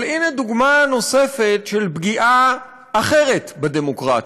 אבל הינה דוגמה נוספת לפגיעה אחרת בדמוקרטיה.